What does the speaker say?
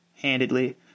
handedly